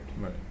right